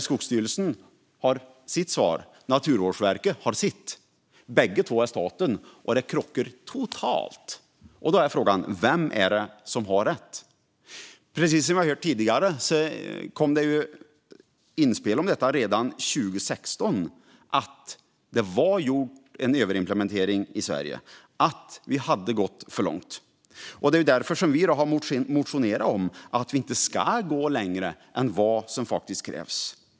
Skogsstyrelsen har sitt svar, och Naturvårdsverket har sitt. Bägge två är staten, och det krockar totalt. Då är frågan: Vem är det som har rätt? Precis som det har sagts tidigare kom det redan 2016 inspel om att det hade gjorts en överimplementering i Sverige och att Sverige hade gått för långt. Det är därför vi har motionerat om att Sverige inte ska gå längre än vad som faktiskt krävs.